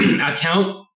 account